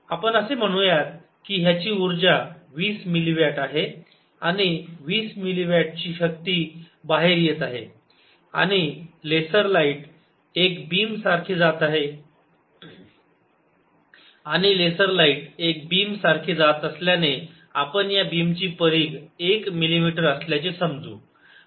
आपण असे म्हणूयात कि ह्याची उर्जा 20 मिलि वॅट आहे आणि 20 मिली वॅटची शक्ती बाहेर येत आहे आणि लेसर लाईट एक बीम सारखे जात असल्याने आपण या बीमची परिघ एक मिलीमीटर असल्याचे समजू